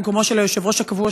במקום היושב-ראש הקבוע,